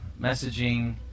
messaging